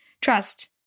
trust